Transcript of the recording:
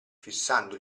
fissando